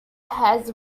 has